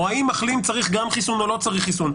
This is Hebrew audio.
או האם מחלים צריך גם חיסון או לא צריך חיסון,